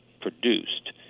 produced